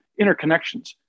interconnections